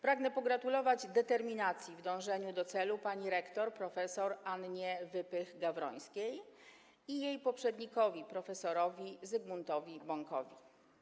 Pragnę pogratulować determinacji w dążeniu do celu pani rektor prof. Annie Wypych-Gawrońskiej i jej poprzednikowi prof. Zygmuntowi Bąkowi.